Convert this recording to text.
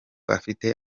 afite